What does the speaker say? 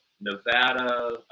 Nevada